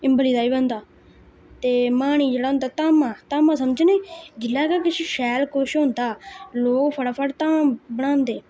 इम्बली दा बी बनदा ते माह्नी जेह्ड़ा होंदा ताह्मा ताह्मा समझने जिसलै गै किश शैल कुछ होंदा लोक फट्टा फट्ट धाम बनांदे